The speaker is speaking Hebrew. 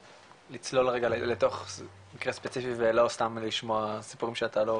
לצלול רגע לתוך מקרה ספציפי ולא סתם לשמוע סיפורים שאתה לא